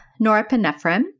norepinephrine